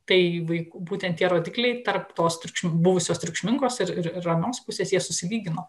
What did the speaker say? tai vaikų būtent tie rodikliai tarp tos triukšmų buvusios triukšmingos ir ramios pusės jie susilygino